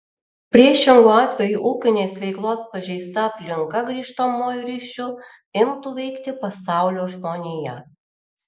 priešingu atveju ūkinės veiklos pažeista aplinka grįžtamuoju ryšiu imtų veikti pasaulio žmoniją